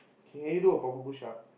can you do a proper push up